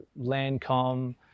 Landcom